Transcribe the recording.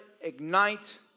ignite